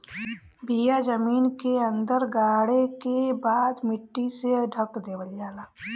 बिया जमीन के अंदर गाड़े के बाद मट्टी से ढक देवल जाला